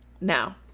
Now